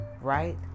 right